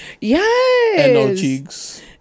Yes